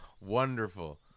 wonderful